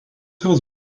jos